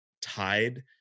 tied